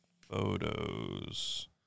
photos